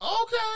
Okay